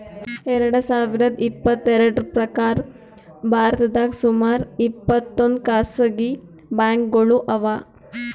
ಎರಡ ಸಾವಿರದ್ ಇಪ್ಪತ್ತೆರಡ್ರ್ ಪ್ರಕಾರ್ ಭಾರತದಾಗ್ ಸುಮಾರ್ ಇಪ್ಪತ್ತೊಂದ್ ಖಾಸಗಿ ಬ್ಯಾಂಕ್ಗೋಳು ಅವಾ